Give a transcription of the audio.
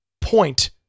point